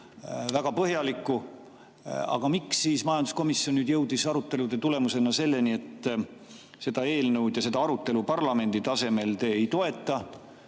väga põhjalikku arutelu. Aga miks siis majanduskomisjon jõudis arutelude tulemusena selleni, et seda eelnõu ja seda arutelu parlamendi tasemel te ei toeta?